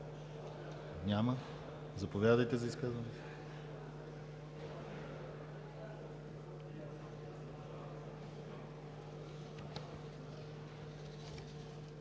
Няма. Заповядайте за изказване.